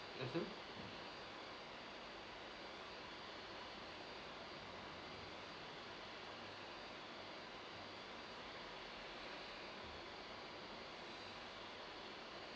mmhmm